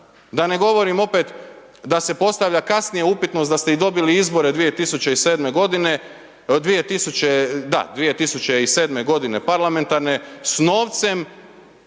Da ne govorim opet da se postavlja kasnije upitnost da ste i dobili izbore 2007. godine, da, 2007. godine parlamentarne sa novcem